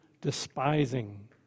despising